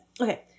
Okay